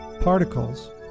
particles